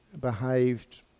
behaved